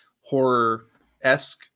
horror-esque